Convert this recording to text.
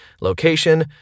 location